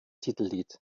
titellied